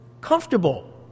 comfortable